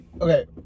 Okay